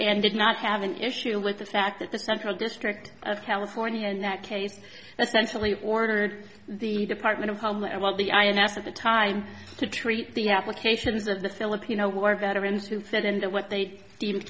and did not have an issue with the fact that the central district of california in that case the centrally ordered the department of homeland well the ins at the time to treat the applications of the filipino war veterans who said in the what they deemed